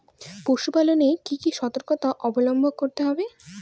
পশুপালন এ কি কি সর্তকতা অবলম্বন করতে হবে?